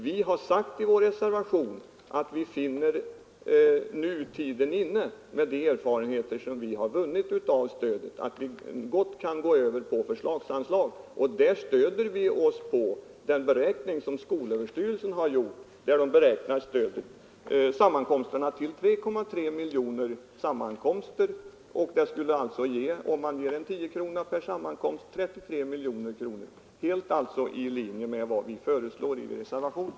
Vi har sagt i vår reservation att vi med de erfarenheter som vi har vunnit av stödet nu finner tiden inne att gå över på förslagsanslag. Därvid stöder vi oss på den beräkning som skolöverstyrelsen har gjort, där man beräknat antalet sammankomster till 3,3 miljoner. Om man ger 10 kronor per sammankomst skulle det bli 33 miljoner kronor, alltså helt i linje med vad vi föreslår i reservationen.